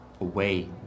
away